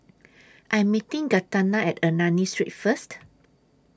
I Am meeting Gaetano At Ernani Street First